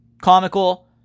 comical